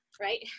right